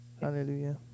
Hallelujah